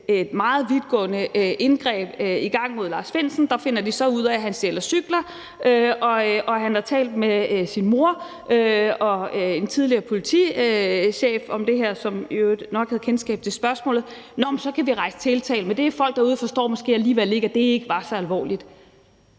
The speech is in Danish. et meget vidtgående indgreb i gang mod Lars Findsen, og de finder så ud af, at han stjæler cykler, og at han har talt om det her med sin mor og en tidligere politichef, som i øvrigt nok havde kendskab til spørgsmålet, og så siger de, at de kan rejse tiltale, og at folk derude måske alligevel ikke forstår, at det ikke var så alvorligt.